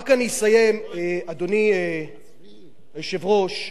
אדוני היושב-ראש,